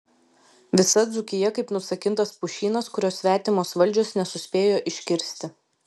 visa dzūkija kaip nusakintas pušynas kurio svetimos valdžios nesuspėjo iškirsti